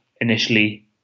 initially